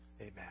amen